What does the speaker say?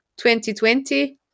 2020